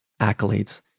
accolades